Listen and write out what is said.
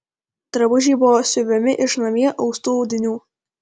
drabužiai buvo siuvami iš namie austų audinių